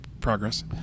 progress